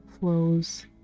flows